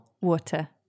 Water